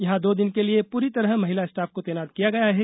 यहां दो दिन के लिये पूरी तरह महिला स्टाफ को तैनात किया गया है